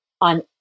on